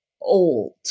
old